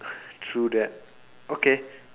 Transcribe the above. true that okay